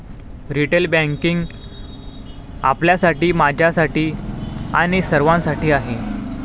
retail banking आपल्यासाठी, माझ्यासाठी आणि सर्वांसाठी आहे